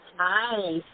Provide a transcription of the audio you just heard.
Hi